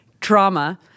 trauma